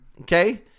Okay